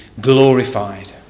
glorified